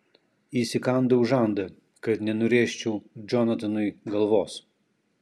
įsikandau žandą kad nenurėžčiau džonatanui galvos